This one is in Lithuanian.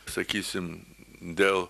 sakysim dėl